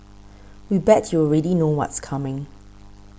we bet you already know what's coming